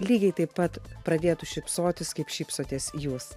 lygiai taip pat pradėtų šypsotis kaip šypsotės jūs